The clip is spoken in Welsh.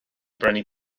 brynu